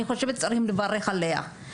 אני חושבת שצריך לברך עליה,